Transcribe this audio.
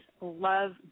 love